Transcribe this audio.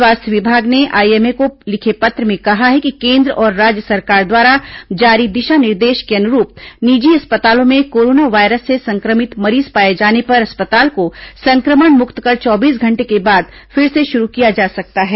स्वास्थ्य विभाग ने आईएमए को लिखे पत्र में कहा है कि केन्द्र और राज्य सरकार द्वारा जारी दिशा निर्देश के अनुरूप निजी अस्पतालों में कोरोना वायरस से संक्रमित मरीज पाए जाने पर अस्पताल को संक्रमणमुक्त कर चौबीस घंटे के बाद फिर से शुरू किया जा सकता है